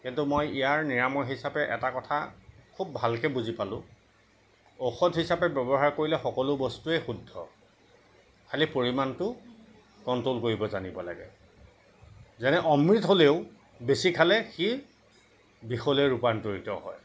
কিন্তু মই নিৰাময় হিচাপে এটা কথা খুব ভালকৈ বুজি পালোঁ ঔষধ হিচাপে ব্যৱহাৰ কৰিলে সকলো বস্তুৱেই শুদ্ধ খালী পৰিমাণটো কণ্ট্ৰ'ল কৰিব জানিব লাগে যেনে অমৃত হ'লেও বেছি খালে সি বিষলৈ ৰূপান্তৰিত হয়